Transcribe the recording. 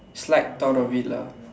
slight thought of it lah